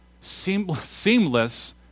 seamless